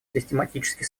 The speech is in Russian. систематически